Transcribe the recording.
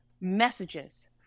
messages